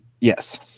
Yes